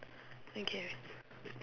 okay